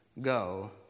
go